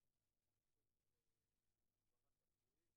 הרווחה והבריאות.